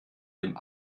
dem